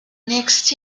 next